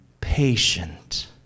patient